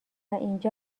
اینجا